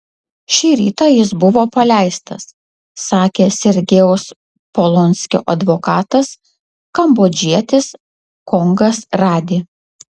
šį rytą jis buvo paleistas sakė sergejaus polonskio advokatas kambodžietis kongas rady